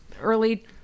early